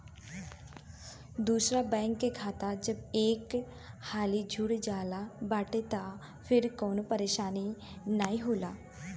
दूसरा बैंक के खाता जब एक हाली जुड़ जात बाटे तअ फिर कवनो परेशानी नाइ होला